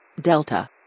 Delta